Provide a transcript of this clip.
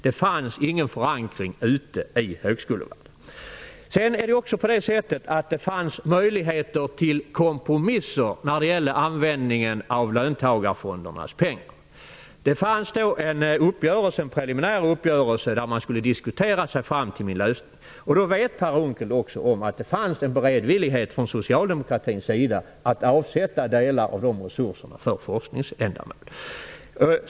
Det fanns ingen förankring för det ute i högskolevärlden. Det fanns också möjlighet till kompromisser när det gällde användningen av löntagarfondernas pengar. Det fanns en preliminär uppgörelse om att man skulle diskutera sig fram till en lösning. Per Unckel vet att det fanns en beredvillighet från socialdemokraternas sida att avsätta delar av de här resurserna för forskningsändamål.